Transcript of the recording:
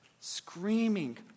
screaming